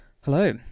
Hello